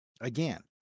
Again